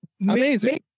amazing